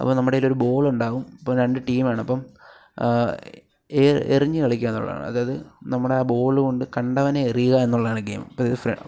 അപ്പം നമ്മടേലൊര് ബോൾ ഉണ്ടാവും ഇപ്പം രണ്ട് ടീമാണ് അപ്പം എറിഞ്ഞ് കളിക്കുക എന്നുള്ളതാണ് അതായത് നമ്മൾ ആ ബോള് കൊണ്ട് കണ്ടവനെ എറിയുക എന്നുള്ളതാണ് ഗെയിം ഇപ്പം അത്